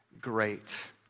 great